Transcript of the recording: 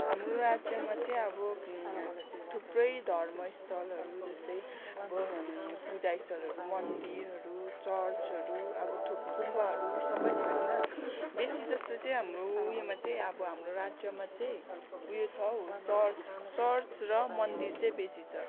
हाम्रो राज्यमा चाहिँ अब थुप्रै धर्मस्थलहरू जस्तै अब पूजास्थलहरू मन्दिरहरू चर्चहरू अब थुप गुम्बाहरू सबै छ होइन बेसी जस्तो चाहिँ हाम्रो उयोमा चाहिँ अब हाम्रो राज्यमा चाहिँ उयो छ हौ चर्च चर्च र मन्दिर चाहिँ बेसी छ